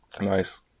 Nice